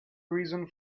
reason